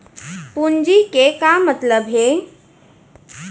पूंजी के का मतलब हे?